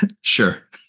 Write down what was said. sure